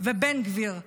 ובן גביר,